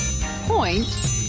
point